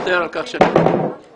מצטער על כך שהכנסת מתפזרת